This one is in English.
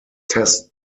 test